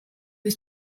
was